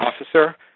officer